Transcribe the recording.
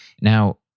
Now